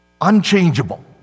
Unchangeable